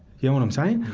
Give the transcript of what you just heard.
you know what i'm saying?